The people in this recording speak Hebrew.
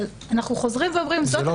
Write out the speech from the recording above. אבל אנחנו חוזרים ואומרים: זאת הכוונה הממשלתית.